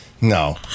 No